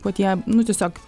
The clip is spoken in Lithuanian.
kad jie nu tiesiog